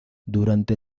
durante